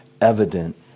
evident